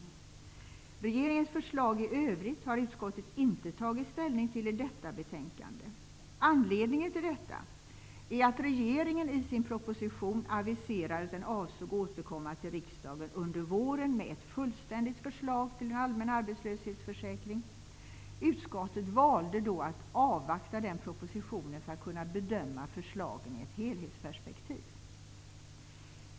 Regeringens förslag i övrigt har utskottet inte tagit ställning till i detta betänkande. Anledningen till detta är att regeringen i sin proposition aviserade att den avsåg att återkomma till riksdagen under våren med ett fullständigt förslag till allmän arbetslöshetsförsäkring. Utskottet valde då att avvakta den propositionen för att kunna bedöma förslagen i ett helhetsperspektiv.